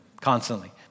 constantly